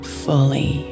fully